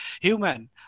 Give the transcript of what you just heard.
human